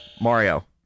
Mario